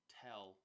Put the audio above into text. tell